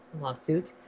lawsuit